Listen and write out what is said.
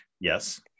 Yes